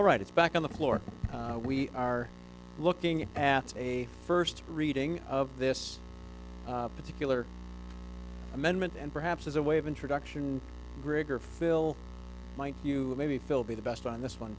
all right it's back on the floor we are looking at a first reading of this particular amendment and perhaps as a way of introduction greg or phil might you maybe philby the best on this one